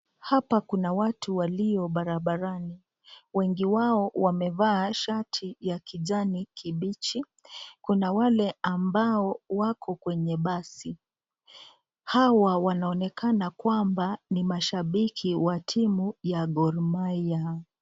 Hapa kuna watu walio barabarani. Wengi wao wamevaa shati ya kijani kibichi. Kuna wale ambao wako kwenye basi. Hawa wanaonekana kwamba ni mashabiki wa timu ya Gor Mahia.